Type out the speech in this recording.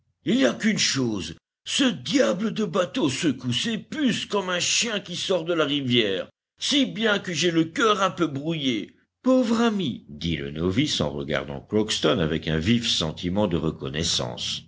forcé il n'y a qu'une chose ce diable de bateau secoue ses puces comme un chien qui sort de la rivière si bien que j'ai le cœur un peu brouillé pauvre ami dit le novice en regardant crockston avec un vif sentiment de reconnaissance